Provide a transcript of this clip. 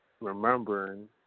Remembering